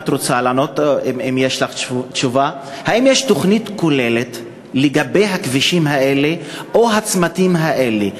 אם יש לך תשובה: האם יש תוכנית כוללת לגבי הכבישים האלה או הצמתים האלה,